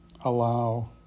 allow